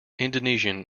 indonesian